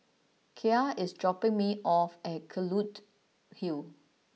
Kaia is dropping me off at Kelulut Hill